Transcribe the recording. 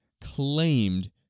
claimed